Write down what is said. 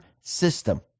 system